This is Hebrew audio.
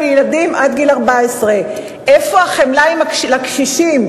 לילדים עד גיל 14. איפה החמלה לקשישים?